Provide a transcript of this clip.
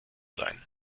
sein